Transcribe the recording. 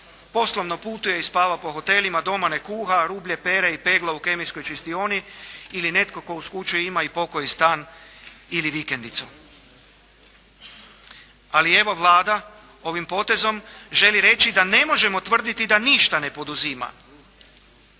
poslom na putu je i spava po hotelima, doma ne kuha, rublje pere i pegla u kemijskoj čistioni ili netko tko uz kuću ima i pokoji stan ili vikendicu. Ali evo Vlada ovim potezom želi reći da ne možemo tvrditi da ništa ne poduzima